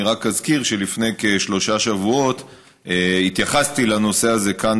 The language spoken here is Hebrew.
אני רק אזכיר שלפני כשלושה שבועות התייחסתי לנושא הזה כאן,